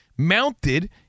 Mounted